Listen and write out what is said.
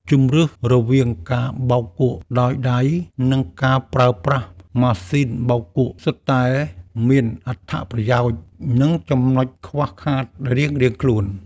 ជម្រើសរវាងការបោកដោយដៃ និងការប្រើប្រាស់ម៉ាស៊ីនបោកគក់សុទ្ធតែមានអត្ថប្រយោជន៍ និងចំណុចខ្វះខាតរៀងៗខ្លួន។